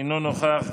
אינו נוכח,